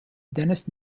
dennis